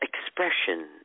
expression